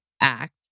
act